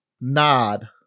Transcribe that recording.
nod